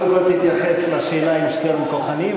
קודם כול תתייחס לשאלה אם שטרן כוחני,